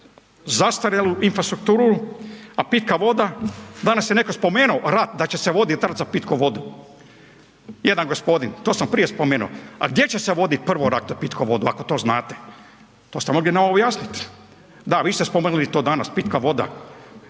zastarjelu infrastrukturu, a pitka voda. Danas je netko spomenuo rat da će se voditi rat za pitku vodu, jedan gospodin, to sam prije spomenuo. A gdje će se voditi prvo rat za pitku vodu ako to znate, to ste nam mogli objasniti. Da, vi ste spomenuli to danas pitka voda.